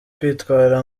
kwitwara